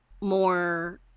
more